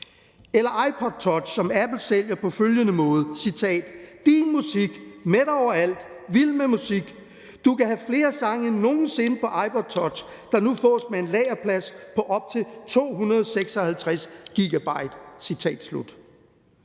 Eller iPod touch, som Apple sælger på følgende måde, citat: Din musik, med dig overalt, vild med musik, du kan have flere sange end nogen sinde på iPod touch, der nu fås med en lagerplads på op til 256 GB, citat slut.